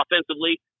offensively